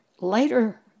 Later